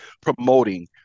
promoting